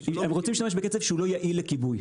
הם רוצים להשתמש בקצף שהוא לא יעיל לכיבוי.